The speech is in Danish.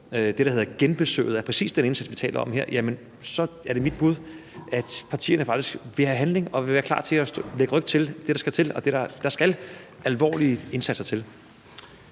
det, der hedder genbesøget af præcis den indsats, vi taler om her, så er det mit bud, at partierne faktisk vil have handling og vil være klar til at lægge ryg til det, der skal til, og der skal alvorlige indsatser til.